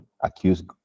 accused